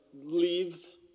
leaves